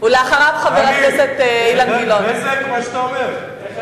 אתה יודע איזה נזק, מה שאתה אומר?